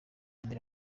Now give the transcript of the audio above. mbere